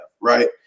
Right